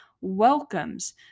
welcomes